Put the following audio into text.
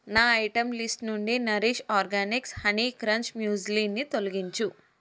నా item list నుండి Naresh organics honey crunch మ్యూస్లీని తొలగించు